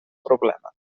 problema